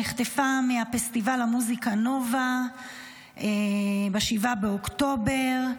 נחטפה מהפסטיבל למוזיקה נובה ב-7 באוקטובר.